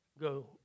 go